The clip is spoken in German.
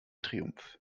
triumph